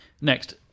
Next